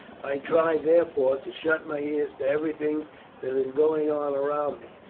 i try, therefore, to shut my ears to everything that is going on around me,